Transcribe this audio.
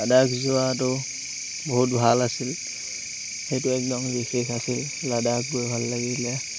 লাদাখ যোৱাটো বহুত ভাল আছিল সেইটো একদম বিশেষ আছিল লাদাখ গৈ ভাল লাগিলে